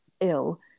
ill